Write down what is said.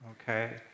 okay